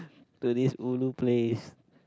to this ulu place